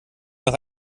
nach